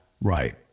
Right